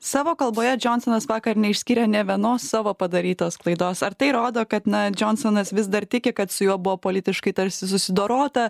savo kalboje džionsonas vakar neišskyrė nė vienos savo padarytos klaidos ar tai rodo kad na džionsonas vis dar tiki kad su juo buvo politiškai tarsi susidorota